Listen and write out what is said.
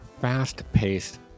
fast-paced